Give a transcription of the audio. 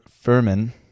Furman